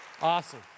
Awesome